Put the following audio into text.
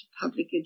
public